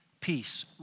peace